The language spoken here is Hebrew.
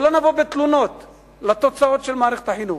שלא נבוא בתלונות על התוצאות של מערכת החינוך,